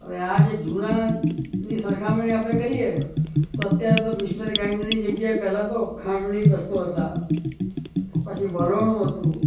હવે આ જૂનાની સરખામણી આપણે કરીએ તો અત્યારે તો મિક્સચર ગ્રાઈન્ડરની જગ્યાએ પહેલાં તો ખાંડણી દસ્તો હતા પછી વલોણું હતું